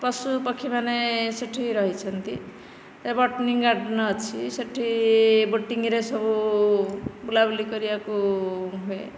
ପଶୁପକ୍ଷୀମାନେ ସେଇଠି ରହିଛନ୍ତି botany garden ଅଛି ସେଇଠି ବୋଟିଂରେ ସବୁ ବୁଲାବୁଲି କରିବାକୁ ହୁଏ